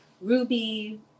Ruby